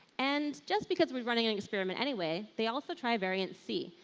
and just because we're running an experiment anyway, they also try variant c,